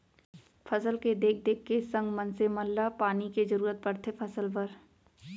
फसल के देख देख के संग मनसे मन ल पानी के जरूरत परथे फसल बर